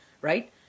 right